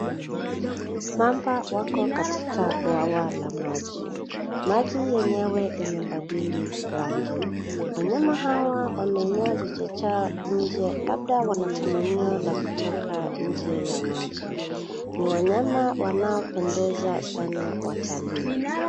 Mamba wako katika bwawa la maji. Maji yenyewe imebadili rangi. Wanyama hawa wameinua vichwa vyao nje labda wana tamanio la kutoka nje ya maji. Ni wanyama wanaopendeza sana watalii.